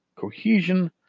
cohesion